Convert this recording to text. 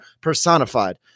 personified